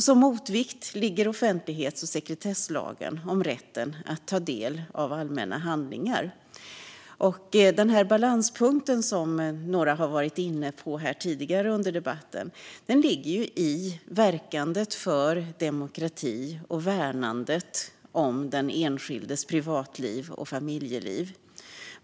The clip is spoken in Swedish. Som motvikt ligger offentlighets och sekretesslagen om rätten att ta del av allmänna handlingar. Balanspunkten ligger, som några har varit inne på tidigare under debatten, i verkandet för demokrati och värnandet om den enskildes privatliv och familjeliv.